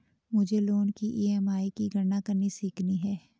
मुझे लोन की ई.एम.आई की गणना करनी सीखनी है